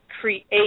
create